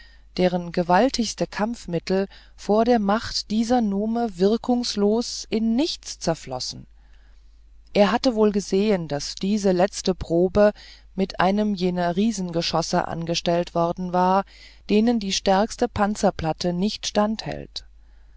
deren gewaltigste kampfmittel vor der macht dieser nume wirkungslos in nichts zerflossen er hatte wohl gesehen daß diese letzte probe mit einem jener riesengeschosse angestellt worden war denen die stärkste panzerplatte nicht standhält